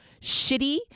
shitty